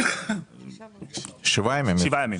שבעה ימים.